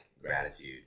gratitude